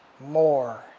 more